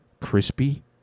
crispy